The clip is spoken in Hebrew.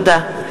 תודה.